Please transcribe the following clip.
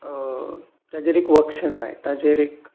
ताचेर एक वक्ष जाय ताचेर एक